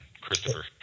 christopher